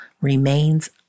remains